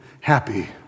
happy